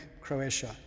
Croatia